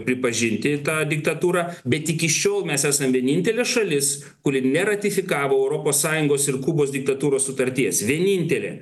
pripažinti tą diktatūrą bet iki šiol mes esam vienintelė šalis kuri neratifikavo europos sąjungos ir kubos diktatūros sutarties vienintelė